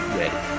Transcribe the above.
ready